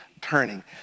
turning